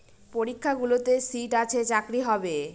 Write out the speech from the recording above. পরীক্ষাগুলোতে সিট আছে চাকরি হবে